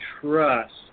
trust